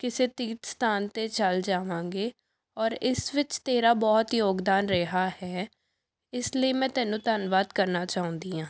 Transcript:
ਕਿਸੇ ਤੀਰਥ ਸਥਾਨ 'ਤੇ ਚੱਲ ਜਾਵਾਂਗੇ ਔਰ ਇਸ ਵਿੱਚ ਤੇਰਾ ਬਹੁਤ ਯੋਗਦਾਨ ਰਿਹਾ ਹੈ ਇਸ ਲਈ ਮੈਂ ਤੈਨੂੰ ਧੰਨਵਾਦ ਕਰਨਾ ਚਾਹੁੰਦੀ ਹਾਂ